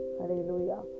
Hallelujah